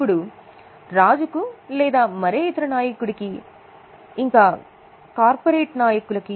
ఇప్పుడు రాజుకు లేదా మరే ఇతర నాయకుడికి ఇంకా కార్పొరేట్ నాయకుడికి